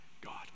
God